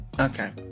Okay